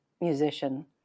musician